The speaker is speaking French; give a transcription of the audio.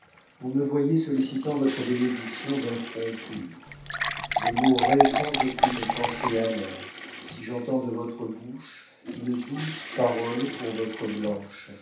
vous me voyez sollicitant votre bénédiction d'un front pur je mourrai sans aucune pensée amère si j'entends de votre bouche une douce parole pour votre blanche